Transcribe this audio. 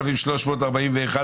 הרוויזיה הוסרה.